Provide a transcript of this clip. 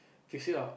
fix it up